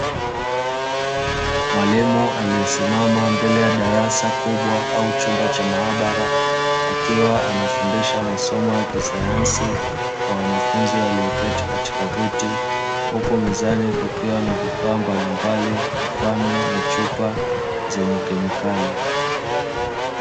Mwalimu aliyesimama mbele ya darasa kubwa au chumba cha maabara akiwa anafundisha masomo ya kisayansi kwa wanafunzi walioketi katika viti, huku mezani kukiwa na vifaa mbalimbali mfano ni chupa zenye kemikali.